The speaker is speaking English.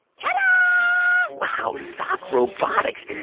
ta-da wow, soft robotics.